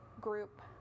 group